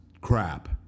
crap